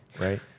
right